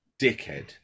dickhead